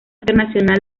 internacional